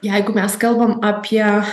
jeigu mes kalbam apie